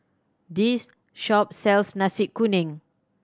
this shop sells Nasi Kuning